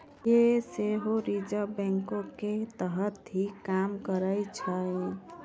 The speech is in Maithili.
यें सेहो रिजर्व बैंको के तहत ही काम करै छै